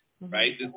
right